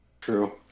True